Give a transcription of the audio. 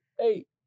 eight